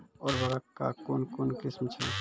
उर्वरक कऽ कून कून किस्म छै?